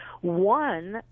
one